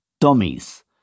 dummies